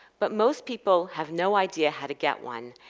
but most people have no idea how to get one,